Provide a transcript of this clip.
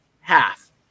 half